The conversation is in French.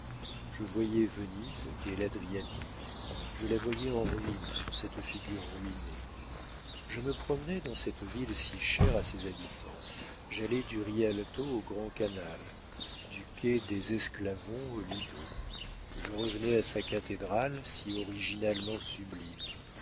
je voyais venise et l'adriatique je la voyais en ruines sur cette figure ruinée je me promenais dans cette ville si chère à ses habitants j'allais du rialto au grand canal du quai des esclavons au lido je revenais à sa cathédrale si originalement